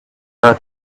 her